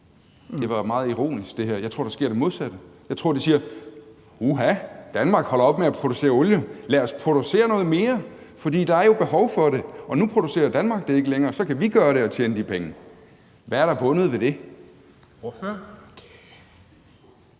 Jeg var meget ironisk her. Jeg tror, der sker det modsatte. Jeg tror, de siger: Uha, Danmark holder op med at producere olie – lad os producere noget mere, for der er jo behov for det, og nu producerer Danmark det ikke længere; så kan vi gøre det og tjene de penge! Hvad er der vundet ved det? Kl.